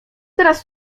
teraz